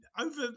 Over